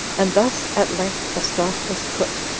and thus at length a stop was put,